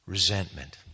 Resentment